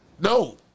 No